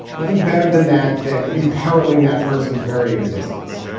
nothing better than that then imperilling that person's very existence.